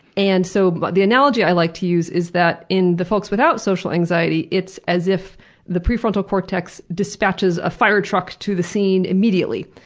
and so but the analogy i like to use is that, in the folks without the social anxiety, it's as if the prefrontal cortex dispatches a firetruck to the scene immediately,